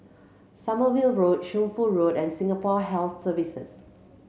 Sommerville Road Shunfu Road and Singapore Health Services